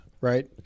right